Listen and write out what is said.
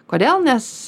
kodėl nes